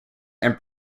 and